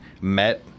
met